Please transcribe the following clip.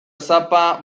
sapa